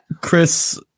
Chris